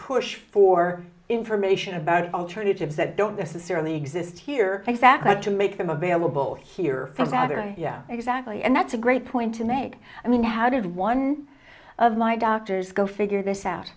push for information about alternatives that don't necessarily exist here in fact that to make them available here about are exactly and that's a great point to make i mean how does one of my doctors go figure this out